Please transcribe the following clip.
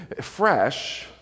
fresh